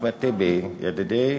אחמד טיבי ידידי,